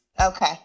Okay